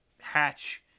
hatch